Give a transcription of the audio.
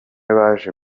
baje